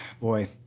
boy